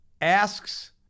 asks